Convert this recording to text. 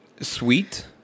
sweet